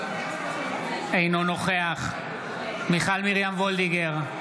אינו נוכח מיכל מרים וולדיגר,